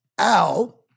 out